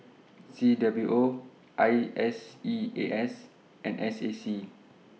C W O I S E A S and S A C